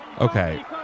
Okay